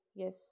Yes